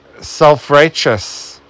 self-righteous